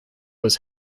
was